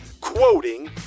quoting